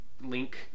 link